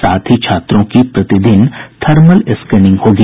साथ ही छात्रों की प्रतिदिन थर्मल स्क्रीनिंग होगी